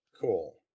Cool